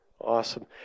awesome